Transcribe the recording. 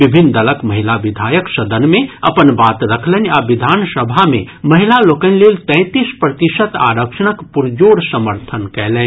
विभिन्न दलक महिला विधायक सदन मे अपन बात रखलनि आ विधानसभा मे महिला लोकनि लेल तैंतीस प्रतिशत आरक्षणक पुरजोर समर्थन कयलनि